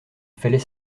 fallait